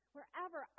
Wherever